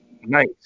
nice